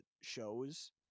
shows